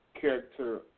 character